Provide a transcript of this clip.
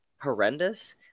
horrendous